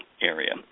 area